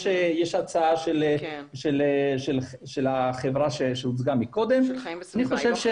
יש להם משקל אתי, יש להם משקל